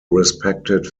respected